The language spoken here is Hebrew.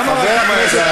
למה רק עם הידיים?